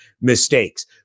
mistakes